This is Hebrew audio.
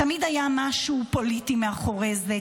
תמיד היה משהו פוליטי מאחורי זה.